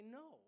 no